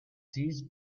these